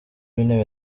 w’intebe